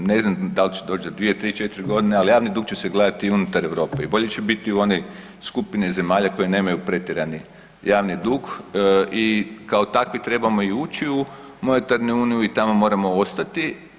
Ne znam da li će doći za 2, 3 ili 4 godine, ali javni dug će se gledati i unutar Europe i bolje će biti u onoj skupini zemalja koje nemaju pretjerani javni dug i kao takvi trebamo i ući u monetarnu uniju i tamo moramo ostati.